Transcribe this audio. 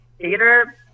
theater